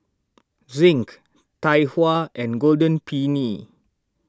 Zinc Tai Hua and Golden Peony